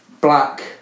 black